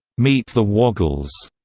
meet the woggels,